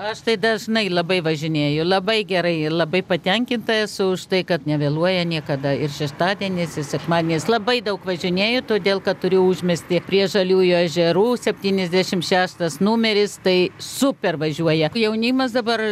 aš tai dažnai labai važinėju labai gerai labai patenkinta esu už tai kad nevėluoja niekada ir šeštadieniais ir sekmadieniais labai daug važinėju todėl kad turėjau užmiestyje prie žaliųjų ežerų septyniasdešimt šeštas numeris tai super važiuoja jaunimas dabar